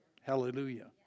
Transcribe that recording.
Hallelujah